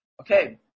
Okay